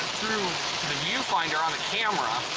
through the view finder on the camera